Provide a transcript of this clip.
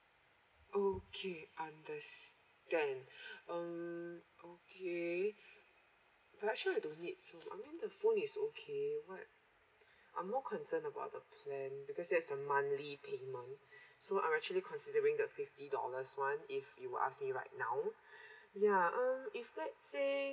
okay understand um okay but actually I don't need phone I mean the phone is okay what I'm more concerned about the plan because that's the monthly payment so I'm actually considering the fifty dollars one if you ask me right now ya um if let's say